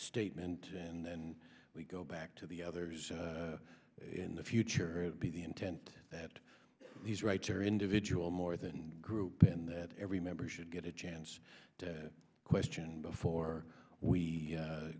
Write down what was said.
statement and then we go back to the others in the future the intent that these rights are individual more than group and that every member should get a chance to question before we